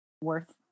worth